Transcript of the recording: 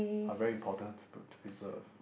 are very important to preserve